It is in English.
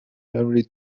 every